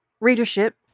Readership